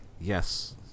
Yes